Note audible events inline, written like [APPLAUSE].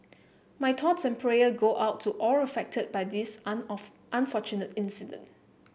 my thoughts and prayer go out to all affected by this [UNINTELLIGIBLE] unfortunate incident